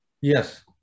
Yes